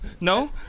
No